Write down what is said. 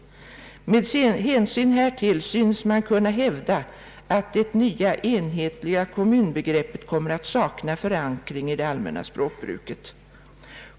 Med hänsyn härtill synes man kunna hävda, att det nya enhetliga kommunbegreppet kommer att sakna förankring i det allmänna språkbruket.